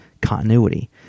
Continuity